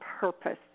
purpose